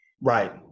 right